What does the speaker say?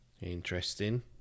interesting